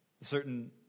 Certain